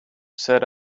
set